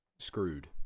screwed